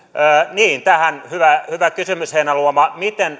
niin tähän tuli hyvä kysymys heinäluomalta miten